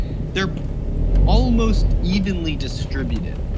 they're almost evenly distributed.